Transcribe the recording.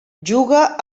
juga